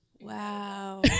Wow